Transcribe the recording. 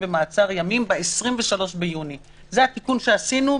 ואני לא מאמינה שמישהו רוצה את זה.